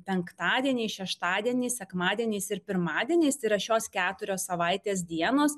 penktadieniais šeštadieniais sekmadieniais ir pirmadieniais yra šios keturios savaitės dienos